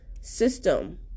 system